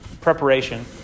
preparation